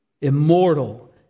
immortal